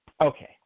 Okay